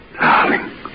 Darling